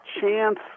chance